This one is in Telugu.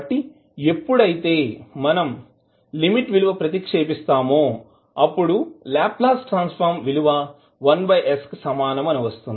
కాబట్టి ఎప్పుడైతే మనం లిమిట్ విలువ ప్రతిక్షేపిస్తామో అప్పుడు లాప్లాస్ ట్రాన్సఫర్మ్ విలువ 1sకు సమానం అని వస్తుంది